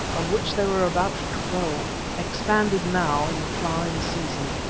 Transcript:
of which there were about twelve, expanded now in the flowering season.